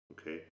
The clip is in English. Okay